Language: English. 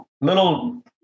Little